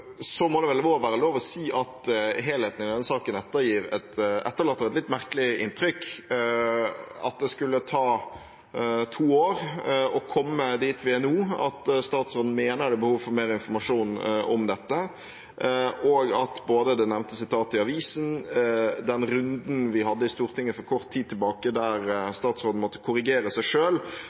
Så må det vel også være lov å si at helheten i denne saken etterlater et litt merkelig inntrykk. At det skulle ta to år å komme dit vi er nå, at statsråden mener det er behov for mer informasjon om dette, og at både det nevnte sitatet i avisen og den runden vi hadde i Stortinget for kort tid tilbake, der statsråden måtte korrigere seg